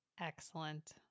Excellent